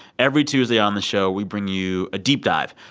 every tuesday on the show, we bring you a deep dive,